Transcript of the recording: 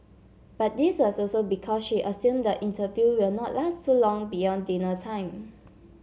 but this was also because she assumed the interview will not last too long beyond dinner time